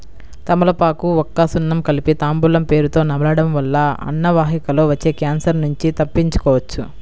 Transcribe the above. తమలపాకు, వక్క, సున్నం కలిపి తాంబూలం పేరుతొ నమలడం వల్ల అన్నవాహికలో వచ్చే క్యాన్సర్ నుంచి తప్పించుకోవచ్చు